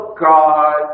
God